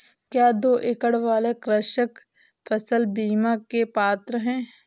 क्या दो एकड़ वाले कृषक फसल बीमा के पात्र हैं?